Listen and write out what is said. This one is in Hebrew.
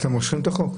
אז אתם מושכים את החוק?